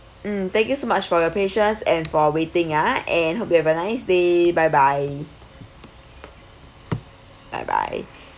mm thank you so much for your patience and for waiting ah and hope you have a nice day bye bye bye bye